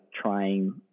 trying